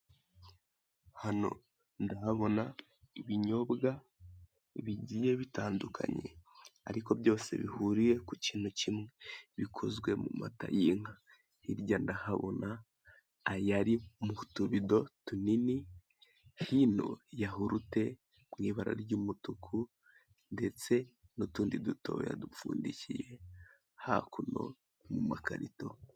Hano ndahabona ibinyobwa bigiye bitandukanye ariko byose bihuriye ku kintu kimwe, bikozwe mu mata y'inka, hirya ndahabona ayari mu tubido tunini, hino yahurute mu ibara ry'umutuku ndetse n'utundi dutoya dupfundikiye hakuno mu makarito.